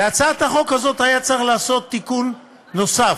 להצעת החוק הזאת היה צריך לעשות תיקון נוסף,